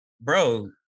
Bro